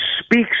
speaks